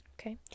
okay